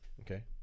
Okay